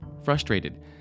frustrated